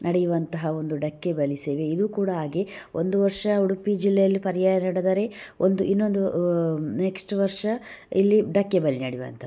ನಡೆಯುವಂತಹ ಒಂದು ಡಕ್ಕೆಬಲಿ ಸೇವೆ ಇದು ಕೂಡ ಹಾಗೆ ಒಂದು ವರ್ಷ ಉಡುಪಿ ಜಿಲ್ಲೆಯಲ್ಲಿ ಪರ್ಯಾಯ ನಡೆದರೆ ಒಂದು ಇನ್ನೊಂದು ನೆಕ್ಸ್ಟ್ ವರ್ಷ ಇಲ್ಲಿ ಡಕ್ಕೆಬಲಿ ನಡಿಯುವಂಥದು